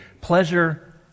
pleasure